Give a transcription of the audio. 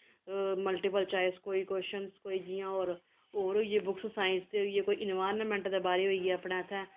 multiples choice कोई questions कोई जियां होर होर होई गे बुक्स सांईंस ते कोई इन्वाईरनमैंट दे बारे च होई गे अपने इत्थै